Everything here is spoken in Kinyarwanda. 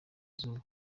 izuba